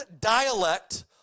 dialect